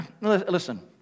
Listen